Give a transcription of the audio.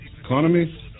economy